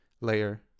layer